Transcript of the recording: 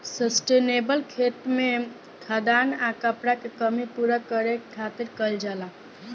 sustainable खेती में खाद्यान आ कपड़ा के कमी पूरा करे खातिर खेती कईल जाला